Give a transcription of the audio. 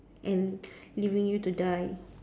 and leaving you to die